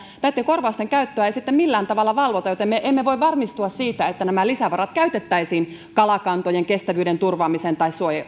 näitten korvausten käyttöä ei millään tavalla valvota joten me emme voi varmistua siitä että nämä lisävarat käytettäisiin kalakantojen kestävyyden turvaamiseen tai